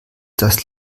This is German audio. das